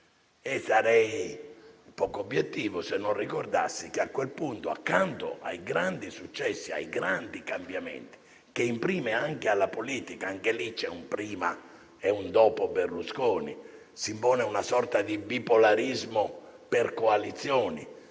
E sarei poco obiettivo se non ricordassi che a quel punto, accanto ai grandi successi e ai grandi cambiamenti che imprime alla politica (anche lì c'è un prima e un dopo Berlusconi, si impone una sorta di bipolarismo per coalizioni,